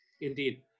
Indeed